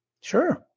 sure